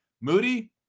moody